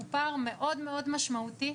הוא פער מאוד משמעותי,